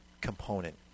component